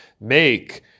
make